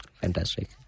Fantastic